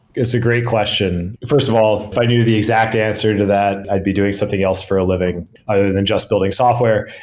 it's a great question. first of all, if i knew the exact answer to that, i'd be doing something else for a living other than just building software.